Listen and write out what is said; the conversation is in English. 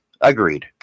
Agreed